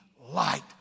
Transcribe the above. light